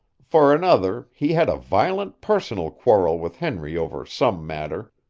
for another, he had a violent personal quarrel with henry over some matter,